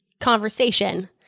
conversation